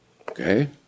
Okay